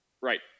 Right